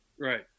Right